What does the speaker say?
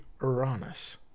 Uranus